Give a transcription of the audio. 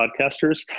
podcasters